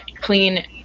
clean